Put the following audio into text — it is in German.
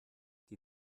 die